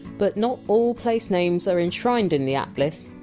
but not all place names are enshrined in the atlas.